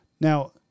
Now